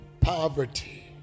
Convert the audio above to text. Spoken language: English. poverty